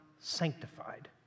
sanctified